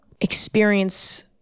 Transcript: experience